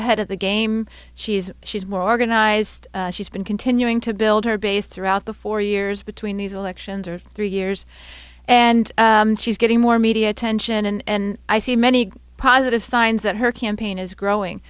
ahead of the game she's she's more organized she's been continuing to build her base throughout the four years between these elections are three years and she's getting more media attention and i see many positive signs that her campaign is growing